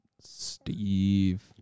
Steve